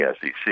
SEC